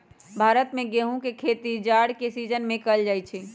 भारत में गेहूम के खेती जाड़ के सिजिन में कएल जाइ छइ